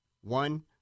One